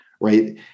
Right